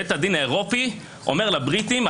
בית הדין האירופי אומר לבריטים,